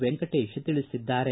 ವೆಂಕಟೇಶ್ ತಿಳಿಸಿದ್ದಾರೆ